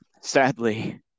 sadly